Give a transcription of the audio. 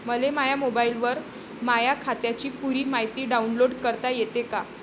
मले माह्या मोबाईलवर माह्या खात्याची पुरी मायती डाऊनलोड करता येते का?